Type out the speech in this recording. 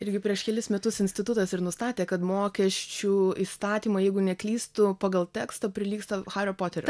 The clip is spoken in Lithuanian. irgi prieš kelis metus institutas ir nustatė kad mokesčių įstatymai jeigu neklystu pagal tekstą prilygsta hario poterio